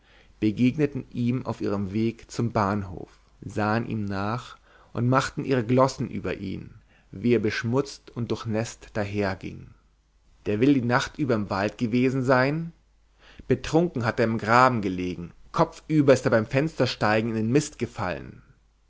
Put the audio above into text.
begegneten ihm auf ihrem weg zum bahnhof sahen ihm nach und machten ihre glossen über ihn wie er beschmutzt und durchnäßt daherging der will die nacht über im wald gewesen sein betrunken hat er im graben gelegen kopfüber ist er beim fenstersteigen in den mist gefallen